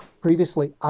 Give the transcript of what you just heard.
previously